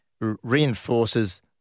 reinforces